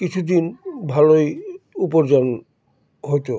কিছুদিন ভালোই উপার্জন হতো